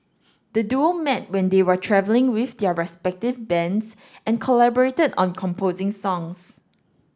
the duo met when they were travelling with their respective bands and collaborated on composing songs